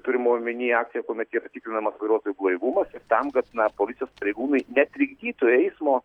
turima omeny akcija kuomet yra tikrinamas vairuotojų blaivumas tam kad na policijos pareigūnai netrikdytų eismo